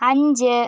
അഞ്ച്